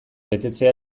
betetzea